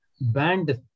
banned